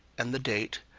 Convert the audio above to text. and the date,